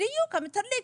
בדיוק, המתדלק.